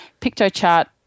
Pictochart